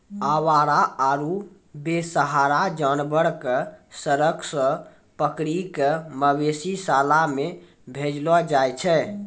आवारा आरो बेसहारा जानवर कॅ सड़क सॅ पकड़ी कॅ मवेशी शाला मॅ भेजलो जाय छै